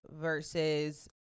versus